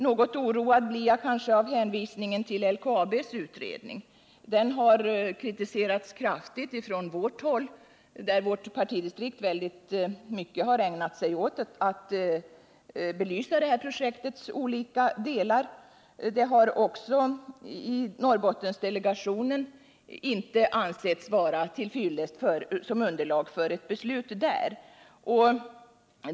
Något oroad blir jag kanske av hänvisningen till LKAB:s utredning. Den har från vårt håll mycket kraftigt kritiserats. Vårt partidistrikt har ägnat sig mycket åt att belysa detta projekts olika delar. Projektet har av Norrbottendelegationen inte ansetts vara till fyllest som underlag för ett beslut.